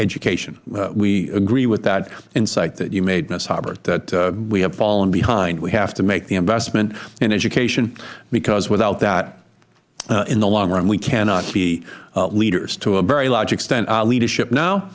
education we agree with that insight that you made ms harbert that we have fallen behind we have to make the investment in education because without that in the long run we cannot be leaders to a very large extent our leadership now